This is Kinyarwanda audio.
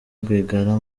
rwigara